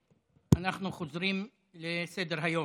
אנחנו חוזרים לסדר-היום.